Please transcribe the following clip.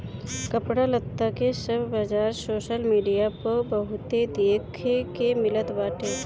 कपड़ा लत्ता के सब बाजार सोशल मीडिया पअ बहुते देखे के मिलत बाटे